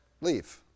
leave